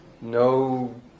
no